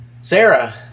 Sarah